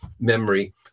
memory